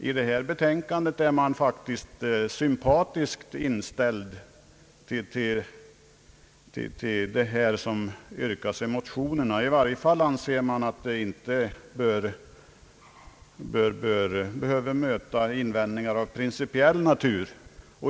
I detta betänkande är man sympatiskt inställd till vad som yrkas i motionerna. I varje fall anser man att detta inte behöver möta invändningar av principiell natur.